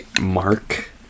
Mark